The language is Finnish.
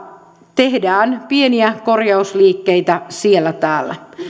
tehdään pieniä korjausliikkeitä siellä täällä